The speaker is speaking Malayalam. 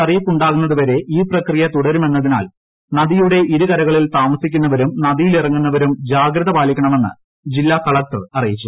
അറിയിപ്പ്പ്പ്പ്ട്ടാകുന്നതുവരെ ഈ ഇനിയൊരു പ്രകിയ തുടരു മെന്നതിനാൽ നദിയുടെ ഇരുകരകളിൽ താമസിക്കുന്നവരും നദിയിലിറങ്ങുന്നവരും ജാഗ്രത പാലിക്കണെമെന്ന് ജില്ലാ കലക്ടർ അറിയിച്ചു